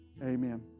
Amen